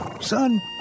Son